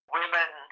women